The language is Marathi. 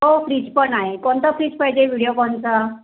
हो फ्रीज पण आहे कोणता फ्रीज पाहिजे व्हिडियोकॉनचा